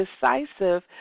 decisive